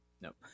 Nope